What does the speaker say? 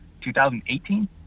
2018